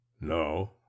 No